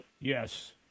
Yes